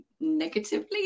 negatively